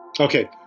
Okay